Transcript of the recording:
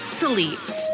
sleeps